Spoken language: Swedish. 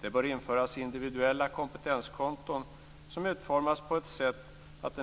Det bör införas individuella kompetenskonton som utformas på så sätt att